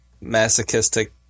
masochistic